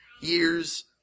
years